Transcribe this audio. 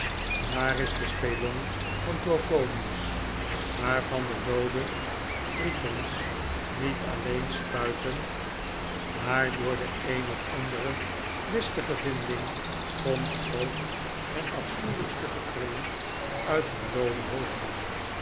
daar is de spelonk van trophonius waarvan de looden tritons niet alleen spuiten maar door de een of andere listige vinding komt ook het afschuwelijkste gekreun uit hun looden hoofden